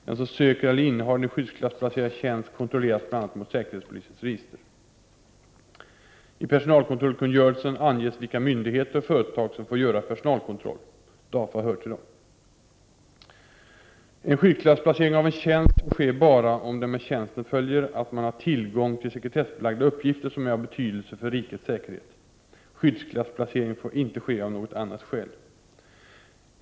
Den som söker eller innehar en skyddsklassplacerad tjänst kontrolleras bl.a. mot säkerhetspolisens register. I personalkontrollkungörelsen anges vilka myndigheter och företag som får göra personalkontroll. DAFA hör till dem. En skyddsklassplacering av en tjänst får ske bara om det med tjänsten följer att man har tillgång till sekretessbelagda uppgifter som är av betydelse för rikets säkerhet. Skyddsklassplacering får inte ske av något annat skäl.